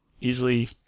easily